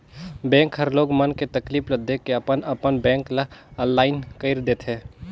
bank हर लोग मन के तकलीफ ल देख के अपन अपन बेंक ल आनलाईन कइर देथे